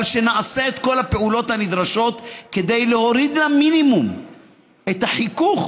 אבל שנעשה את כל הפעולות הנדרשות כדי להוריד למינימום את החיכוך